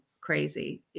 crazy